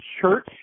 church